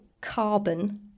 carbon